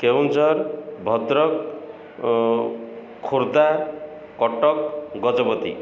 Keonjhar Bhadrak Khordha Cuttack Gajapati